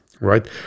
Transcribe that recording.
right